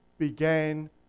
Began